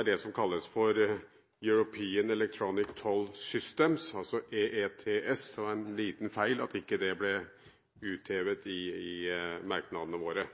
er det som kalles European Electronic Toll Service, altså EETS. Det var en liten feil at det ikke ble uthevet i merknadene våre,